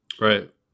Right